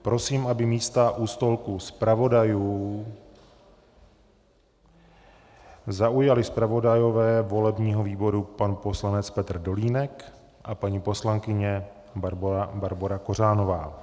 Prosím, aby místa u stolku zpravodajů zaujali zpravodajové volebního výboru pan poslanec Petr Dolínek a paní poslankyně Barbora Kořánová.